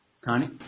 Connie